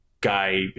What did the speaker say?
guy